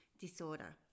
Disorder